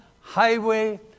highway